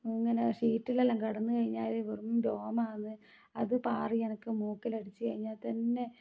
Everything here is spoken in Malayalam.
അങ്ങനെ ഷീറ്റിലെല്ലാം കിടന്ന് കഴിഞ്ഞാൽ വെറും രോമാന്ന് അത് പാറി എനിക്ക് മൂക്കിലടിച്ച് കഴിഞ്ഞാൽ തന്നെ